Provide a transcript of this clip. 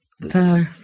No